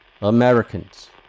Americans